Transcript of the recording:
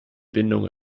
bindung